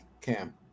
Cam